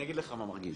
אני אגיד לך מה מרגיז,